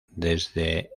desde